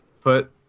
put